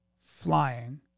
flying